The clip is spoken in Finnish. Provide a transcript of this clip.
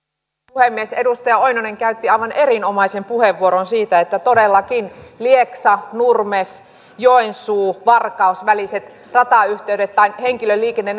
puhemies edustaja oinonen käytti aivan erinomaisen puheenvuoron siitä että todellakin lieksa nurmes joensuu varkaus välisillä ratayhteyksillä henkilöliikenne